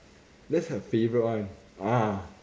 that's her favourite one ah